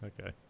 Okay